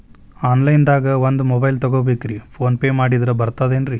Online ದಾಗ ಒಂದ್ mobile ತಗೋಬೇಕ್ರಿ ಫೋನ್ ಪೇ ಮಾಡಿದ್ರ ಬರ್ತಾದೇನ್ರಿ?